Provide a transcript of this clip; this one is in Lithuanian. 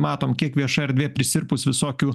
matom kiek vieša erdvė prisirpus visokių